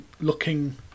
looking